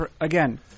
again